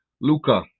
Luca